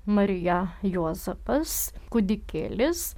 marija juozapas kūdikėlis